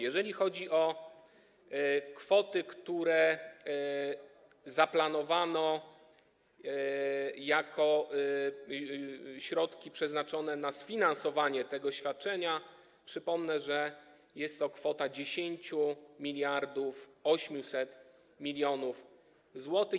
Jeżeli chodzi o kwoty, które zaplanowano jako środki przeznaczone na sfinansowanie tego świadczenia, to przypomnę, że jest to kwota 10 800 mln zł.